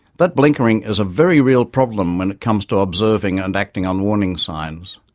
but blinkering is a very real problem when it comes to observing and acting on warning signs.